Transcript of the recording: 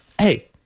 hey